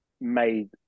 made